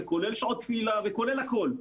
כולל שעות תפילה וכולל הכול.